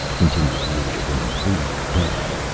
continued the idiot, in an aggrieved tone.